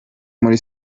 muri